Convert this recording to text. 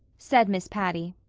said miss patty.